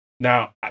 Now